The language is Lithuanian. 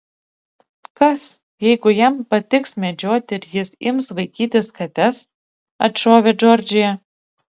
kas jeigu jam patiks medžioti ir jis ims vaikytis kates atšovė džordžija